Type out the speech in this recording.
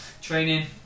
training